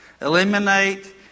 Eliminate